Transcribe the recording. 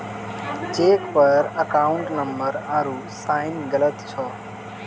cheque पर account number आरू sign गलत छौ